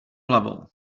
hlavou